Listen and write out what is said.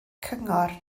cyngor